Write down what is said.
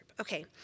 Okay